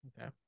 Okay